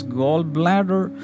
gallbladder